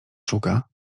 szuka